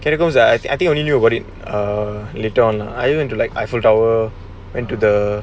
catacombs I think only knew about it uh later on I went to like eiffel tower went to the